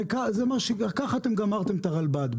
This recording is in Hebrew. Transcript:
כך גמרתם את הרלב"ד.